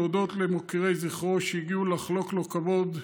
להודות למוקירי זכרו שהגיעו לחלוק לו כבוד,